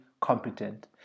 competent